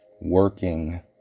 working